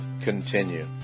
continue